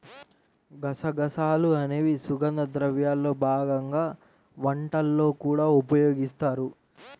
గసగసాలు అనేవి సుగంధ ద్రవ్యాల్లో భాగంగా వంటల్లో కూడా ఉపయోగిస్తారు